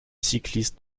cycliste